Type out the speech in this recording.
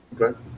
Okay